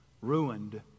ruined